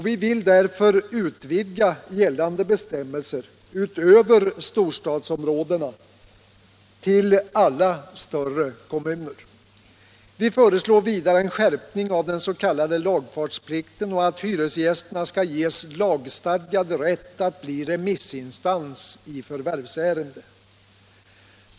Vi vill därför utvidga gällande bestämmelser utöver storstadsområdena till alla större kommuner. Vi föreslår vidare en skärpning av den s.k. lagfartsplikten och att hyresgästerna skall ges lagstadgad rätt att bli remissinstans i förvärvsärende.